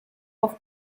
auf